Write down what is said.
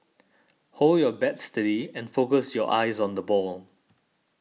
hold your bats steady and focus your eyes on the ball